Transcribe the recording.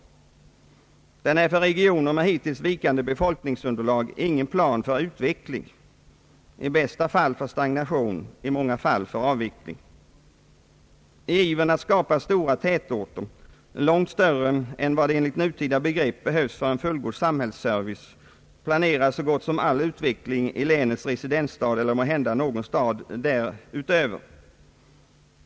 Den är för regioner med hittills vikande befolkningsunderlag ingen plan för utveckling — i bästa fall för stagnation, i många fall för avveckling. I ivern att skapa stora tätorter, långt större än vad som enligt nutida begrepp behövs för en fullgod samhällsservice, planeras så gott som all utveckling i länets residensstad eller måhända någon stad därutöver.